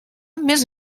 més